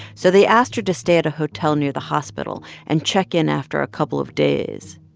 so they asked her to stay at a hotel near the hospital and check in after a couple of days.